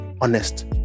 honest